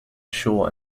shore